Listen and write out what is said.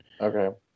Okay